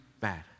bad